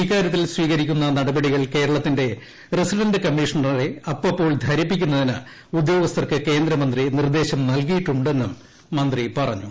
ഇക്കാരൃത്തിൽ സ്വീകരിക്കുന്ന നടപടികൾ കേരളത്തിന്റെ റസിഡന്റ് കമ്മീഷണറെ അപ്പപ്പോൾ ധരിപ്പിക്കുന്നതിന് ഉദ്യോഗസ്ഥർക്ക് കേന്ദ്രമന്ത്രി നിർദ്ദേശം നൽകിയിട്ടുണ്ടെന്നും മന്ത്രി പറഞ്ഞു